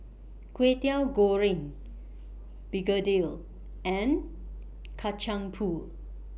Kwetiau Goreng Begedil and Kacang Pool